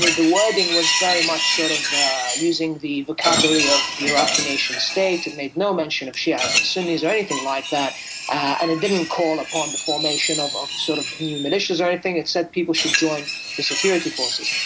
the wording was very much sort of using the vocabulary of the iraqi nation state, it made no mention of shias or and sunnis or anything like that and it didn't call upon the formation of of sort of new militias or anything, it said people should join the security forces.